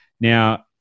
Now